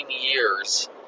years